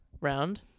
round